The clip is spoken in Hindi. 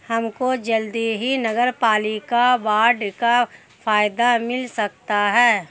हमको जल्द ही नगरपालिका बॉन्ड का फायदा मिल सकता है